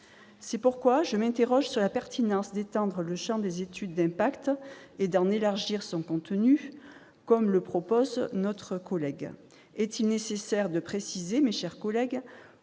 C'est pourquoi je m'interroge sur l'opportunité d'en étendre le champ et d'en élargir le contenu, comme le propose notre collègue. Est-il nécessaire de préciser, mes chers collègues,